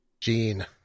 Gene